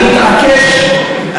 אני מתעקש,